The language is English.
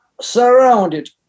surrounded